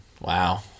Wow